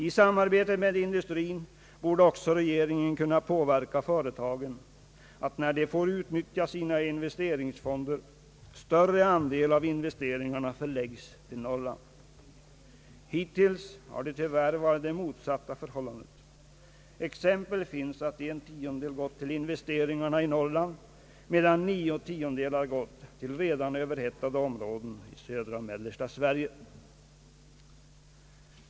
I samarbetet med industrin borde också regeringen kunna påverka företagen på det sättet att, när de får utnyttja sina investeringsfonder, större andel av investeringarna förläggs till Norrland. Hittills har det tyvärr varit motsatta förhållandet — exempel finns på att en tiondel gått till investeringar i Norrland medan nio tiondelar gått till redan överhettade områden i södra och mellersta Sverige.